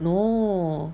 no